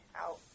out